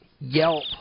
Yelp